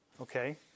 Okay